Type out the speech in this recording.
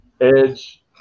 Edge